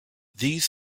these